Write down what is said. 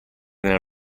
nella